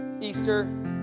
Easter